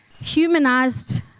humanized